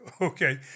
okay